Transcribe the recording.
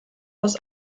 aus